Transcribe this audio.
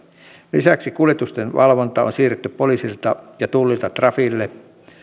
lisäksi kuljetusten valvonta on siirretty poliisilta ja tullilta trafille